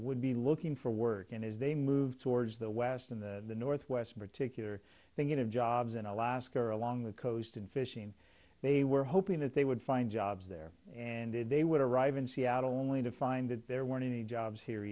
would be looking for work and as they moved towards the west in the northwest particular thinking of jobs in alaska or along the coast and fishing they were hoping that they would find jobs there and they would arrive in seattle only to find that there weren't any jobs here